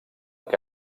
que